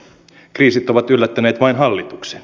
kriisit ovat yllättäneet vain hallituksen